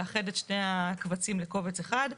לאחד את שני הקבצים לקובץ אחד.